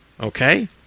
Okay